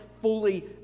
fully